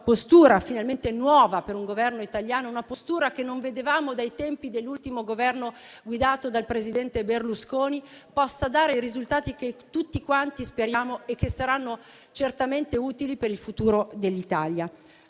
postura, finalmente nuova per un Governo italiano, una postura che non vedevamo dai tempi dell'ultimo Governo guidato dal presidente Berlusconi, darà i risultati che tutti quanti speriamo e che saranno certamente utili per il futuro dell'Italia.